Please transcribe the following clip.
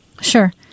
Sure